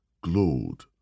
glowed